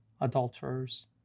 adulterers